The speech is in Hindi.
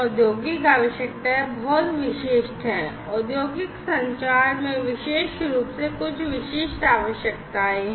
औद्योगिक आवश्यकताएं बहुत विशिष्ट हैं औद्योगिक संचार में विशेष रूप से कुछ विशिष्ट आवश्यकताएं हैं